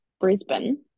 Brisbane